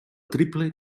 triple